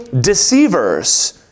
deceivers